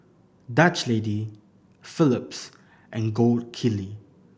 Dutch Lady Phillips and Gold Kili